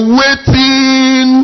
waiting